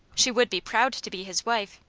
she would be proud to be his wife,